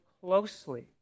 closely